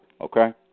okay